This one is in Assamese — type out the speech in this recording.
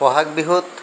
ব'হাগ বিহুত